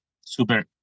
super